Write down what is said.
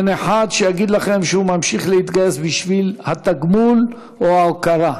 אין אחד שיגיד לכם שהוא ממשיך להתגייס בשביל התגמול או ההוקרה.